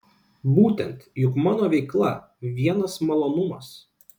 būtent juk mano veikla vienas malonumas